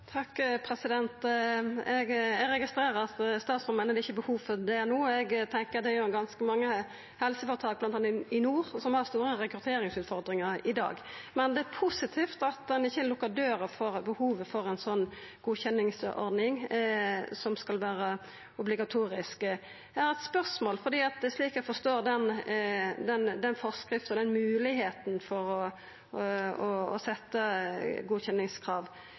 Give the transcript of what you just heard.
Eg registrerer at statsråden meiner det ikkje er behov for det no. Eg tenkjer at det er ganske mange helseføretak, bl.a. i nord, som har store rekrutteringsutfordringar i dag. Men det er positivt at han ikkje lukkar døra for behovet for ei godkjenningsordning som skal vera obligatorisk. Eg har eit spørsmål, for slik eg forstår forskrifta når det gjeld moglegheita for å setja godkjenningskrav – kva tid ser statsråden for